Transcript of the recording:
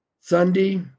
Sunday